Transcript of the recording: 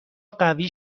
قوی